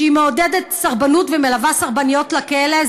שמעודדת סרבנות ומלווה סרבניות לכלא,